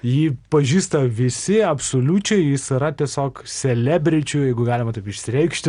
jį pažįsta visi absoliučiai jis yra tiesiog selebričiu jeigu galima taip išsireikšti